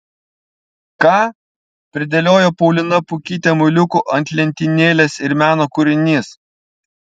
ką pridėliojo paulina pukytė muiliukų ant lentynėlės ir meno kūrinys